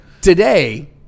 Today